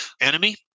enemy